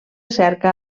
cerca